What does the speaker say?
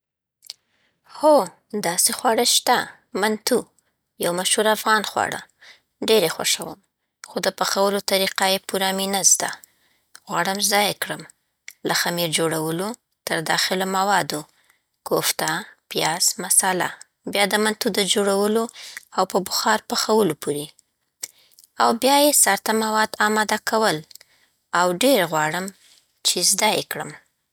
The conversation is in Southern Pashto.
هو، داسې خواړه شته. منتو یو مشهور افغان خواړه ډېر خوښوم، خو د پخولو طریقه یې پوره می نه زده. غواړم زده یې کړم، له خمیر جوړولو، تر داخله موادو کوفته، پیاز، مصاله، بیا د منتو د جوړولو او په بخار پخولو پورې. او بیایی سرته مواد آماده کول. او ډیر غواړم چی زده یي کړم.